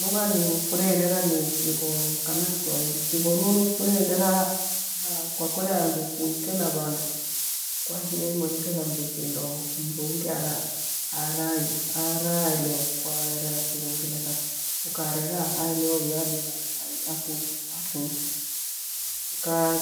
Lugha nifurie irera ni Kighonu kana Kithwahili Kighonu nifurie irera kwakolea handu kuikee na vandu kwashigha imuelekeza mru kindo mru ungi araelewa kwa rera Kighonu kimetha nkarara aeliwe uya du akuichwa,